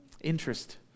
interest